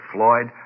Floyd